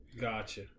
Gotcha